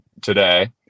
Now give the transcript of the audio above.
today